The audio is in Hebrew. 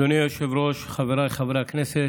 אדוני היושב-ראש, חבריי חברי הכנסת,